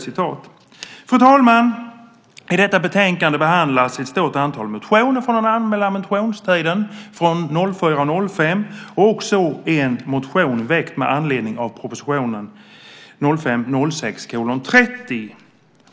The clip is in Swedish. Fru talman! I detta betänkande behandlas ett stort antal motioner från den allmänna motionstiden 2004 och 2005 och också en motion väckt med anledning av proposition 2005/06:30.